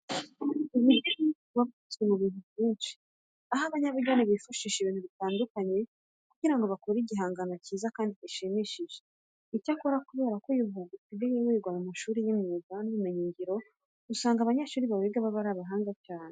Ubugeni buba bukozwe mu bintu byinshi, aho abanyabugeni bifashisha ibintu bitandukanye kugira ngo bakore igihangano cyiza kandi gishimishije. Icyakora kubera ko uyu mwuga usigaye wigwa mu mashuri y'imyuga n'ubumenyingiro, usanga abanyeshuri bawiga baba ari abahanga cyane.